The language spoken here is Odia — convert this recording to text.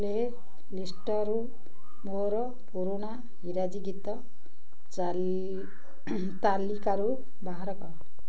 ପ୍ଲେଲିଷ୍ଟରୁ ମୋର ପୁରୁଣା ଇଂରାଜୀ ଗୀତ ଚାଲ୍ ତାଲିକାରୁ ବାହାର କର